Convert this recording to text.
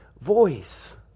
voice